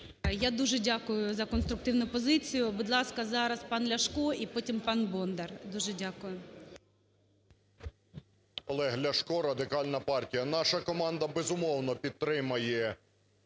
Я дуже дякую за конструктивну позицію. Будь ласка, зараз пан Ляшко і потім – пан Бондар. Дуже дякую. 16:19:53 ЛЯШКО О.В. Олег Ляшко, Радикальна партія. Наша команда, безумовно, підтримає